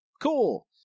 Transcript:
Cool